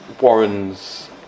Warren's